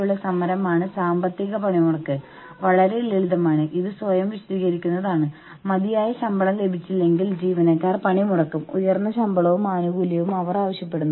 എന്നിരുന്നാലും യൂണിയൻവൽക്കരണം ഒഴിവാക്കുന്നതിന് തീരുമാനങ്ങളിൽ ജീവനക്കാരുടെ അഭിപ്രായങ്ങൾ അഭ്യർത്ഥിക്കുക എന്നത് എല്ലായ്പ്പോഴും നല്ല ആശയമാണ്